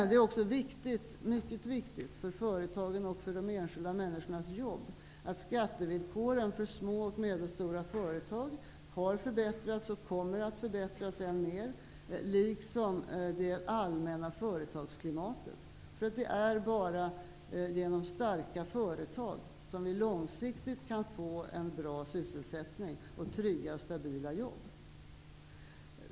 Det är också mycket viktigt för företagen och för de enskilda människornas jobb att skattevillkoren för små och medelstora företag har förbättrats och kommer att förbättras än mer liksom det allmänna företagsklimatet. Det är bara genom starka företag som vi långsiktigt kan få en bra sysselsättning och trygga och stabila jobb.